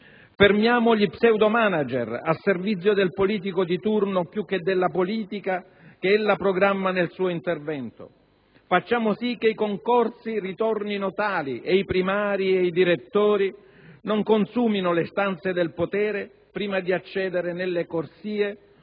fermiamo gli pseudomanager al servizio del politico di turno più che della politica che ella programma nel suo intervento. Facciamo sì che i concorsi ritornino tali e i primari e i direttori non consumino le stanze del potere prima di accedere nelle corsie